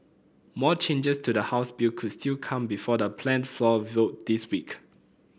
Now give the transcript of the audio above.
more changes to the House bill could still come before the planned floor vote this week